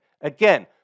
Again